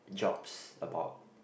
jobs about